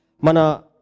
mana